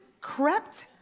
crept